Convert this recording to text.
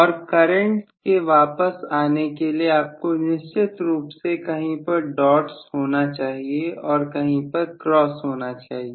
और करंट के वापस आने के लिए आपको निश्चित रूप से कहीं पर डॉट्स होना चाहिए और कहीं पर क्रॉस होना चाहिए